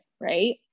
right